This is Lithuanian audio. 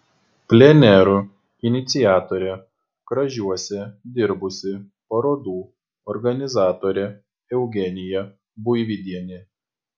plenerų iniciatorė kražiuose dirbusi parodų organizatorė eugenija buivydienė